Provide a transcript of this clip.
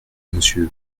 monsieur